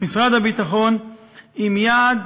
ומשרד הביטחון עם יעד